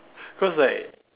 cause like